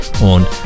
Und